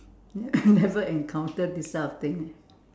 ya never encounter this kind of thing leh